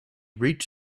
reached